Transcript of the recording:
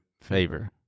favor